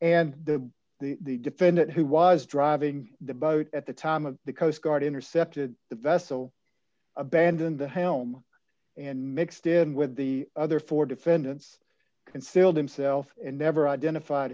and the defendant who was driving the boat at the time of the coast guard intercepted the vessel abandoned the helm and mixed in with the other four defendants concealed himself and never identified